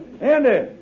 Andy